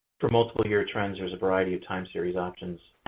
for multiple year trends, there's a variety of time-series options,